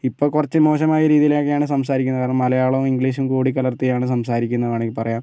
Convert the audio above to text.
ഇപ്പം കുറച്ച് മോശമായ രീതിയിലൊക്കെയാണ് സംസാരിക്കുന്നത് കാരണം മലയാളവും ഇംഗ്ലീഷും കൂടികലർത്തിയാണ് സംസാരിക്കുന്നത് എന്ന് വേണമെങ്കിൽ പറയാം